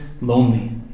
lonely